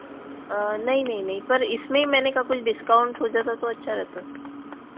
नहीं नहीं नहीं पर इसमें मैंने खा कुछ डिस्काउंट हो जाता तो अच्छा रहता